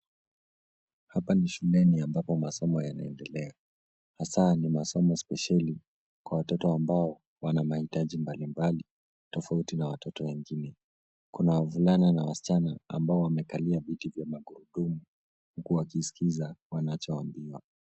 Hapa ni shuleni ambapo masomo yanaendelea hasa ni masomo specheli kwa watoto ambao wanamahitaji mbali mbali tofauti na watoto wengine . Kuna wasichana na wavulana ambao wamekalia viti vya magurundumu wakiskiza wanachambiwa.